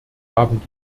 haben